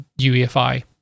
UEFI